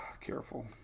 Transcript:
careful